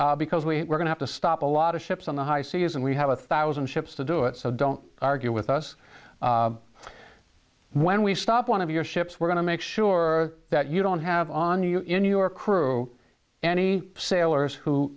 because we were going to stop a lot of ships on the high seas and we have a thousand ships to do it so don't argue with us when we stop one of your ships we're going to make sure that you don't have on you in your crew any sailors who